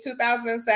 2007